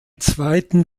zweiten